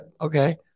okay